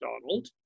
Donald